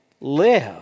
live